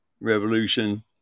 Revolution